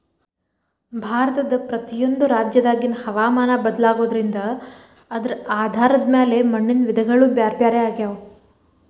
ಭಾರತದ ಪ್ರತಿಯೊಂದು ರಾಜ್ಯದಾಗಿನ ಹವಾಮಾನ ಬದಲಾಗೋದ್ರಿಂದ ಅದರ ಆಧಾರದ ಮ್ಯಾಲೆ ಮಣ್ಣಿನ ವಿಧಗಳು ಬ್ಯಾರ್ಬ್ಯಾರೇ ಆಗ್ತಾವ